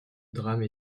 drame